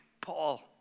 Paul